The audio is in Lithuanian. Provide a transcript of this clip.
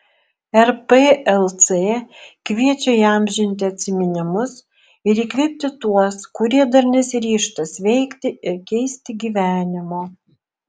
rplc kviečia įamžinti atsiminimus ir įkvėpti tuos kurie dar nesiryžta sveikti ir keisti gyvenimo